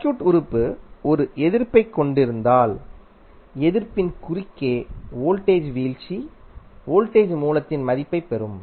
circuit உறுப்பு ஒரு எதிர்ப்பைக் கொண்டிருந்தால் எதிர்ப்பின் குறுக்கே வோல்டேஜ் வீழ்ச்சி வோல்டேஜ் மூலத்தின் மதிப்பைப் பெறும்